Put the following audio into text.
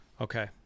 Okay